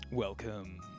Welcome